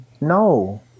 No